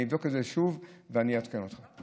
אני אבדוק את זה שוב ואני אעדכן אותך.